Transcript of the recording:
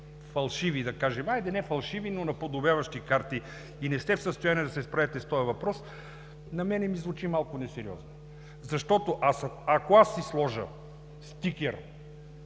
фалшиви, да кажем – хайде не фалшиви, но наподобяващи карти, и не сте в състояние да се справите с този въпрос, на мен ми звучи малко несериозно. Защото ако аз си сложа стикер